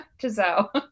Giselle